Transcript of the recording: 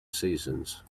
seasons